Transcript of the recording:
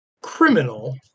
criminal